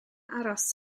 aros